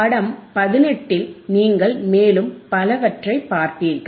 படம் 18 இல் நீங்கள் மேலும் பலவற்றை பார்ப்பீர்கள்